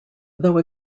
though